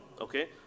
okay